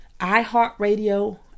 iHeartRadio